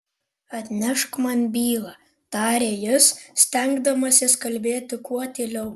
atnešk man bylą tarė jis stengdamasis kalbėti kuo tyliau